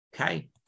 Okay